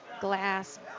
glass